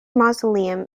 mausoleum